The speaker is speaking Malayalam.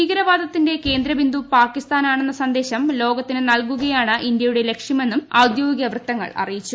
ഭീകരവാദത്തിന്റെ കേന്ദ്രബിന്ദു പാകിസ്ഥാൻ ആണെന്ന സന്ദേശം ലോകത്തിന് നൽകുകയാണ് ഇന്ത്യയുടെ ലക്ഷ്യമെന്നും ഔദ്യോഗിക വൃത്തങ്ങൾ അറിയിച്ചു